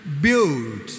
build